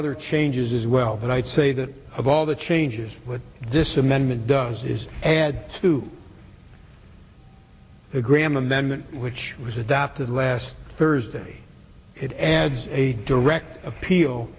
other changes as well but i'd say that of all the changes this amendment does is add to the graham amendment which was adopted last thursday it adds a direct appeal